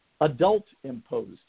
adult-imposed